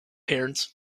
parents